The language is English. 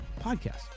podcast